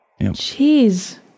Jeez